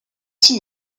signe